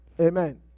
Amen